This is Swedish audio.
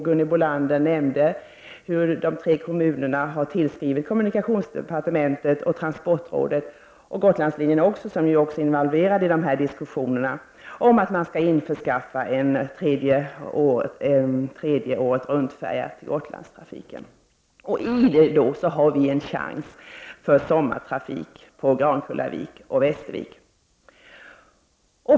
Gunhild Bolander nämnde hur de tre kommunerna har tillskrivit kommunikationsdepartementet, transportrådet och Gotlandslinjen, som också är involverad i diskussionerna, om att en tredje åretruntfärja till Gotlandstrafiken skall införskaffas. Där har vi en chans att få sommartrafik mellan Grankullavik och Västervik.